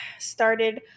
started